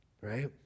right